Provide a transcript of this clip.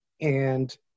and-